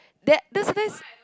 that this this